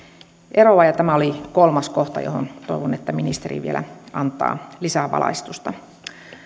eroa tämä oli kolmas kohta johon toivon että ministeri vielä antaa lisävalaistusta